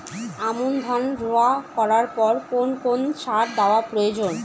আমন ধান রোয়া করার পর কোন কোন সার দেওয়া প্রয়োজন?